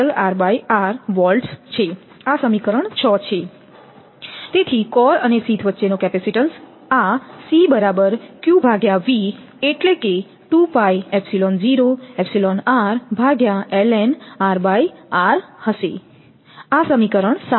તેથી કોર અને શીથ વચ્ચે નો કેપેસિટીન્સ આ હશે આ સમીકરણ 7 છે